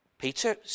Peter